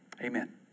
Amen